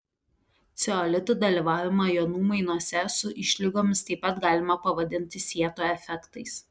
ceolitų dalyvavimą jonų mainuose su išlygomis taip pat galima pavadinti sieto efektais